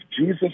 Jesus